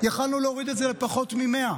יכולנו להוריד את זה לפחות מ-100.